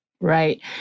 Right